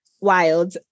wild